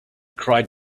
cried